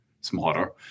smarter